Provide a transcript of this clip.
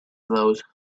those